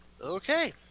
Okay